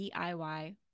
DIY